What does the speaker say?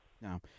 No